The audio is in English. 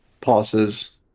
pauses